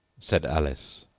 said alice.